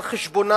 על-חשבונה,